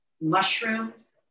mushrooms